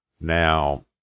Now